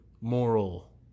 moral